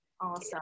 Awesome